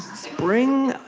spring?